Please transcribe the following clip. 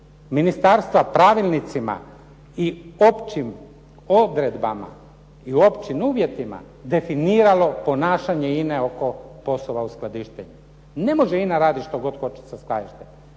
ministarstva pravilnicima i općim odredbama i u općim uvjetima definiralo ponašanje INA-e oko poslova uskladištenja. Ne može INA raditi što god hoće sa skladištenjem.